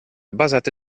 basate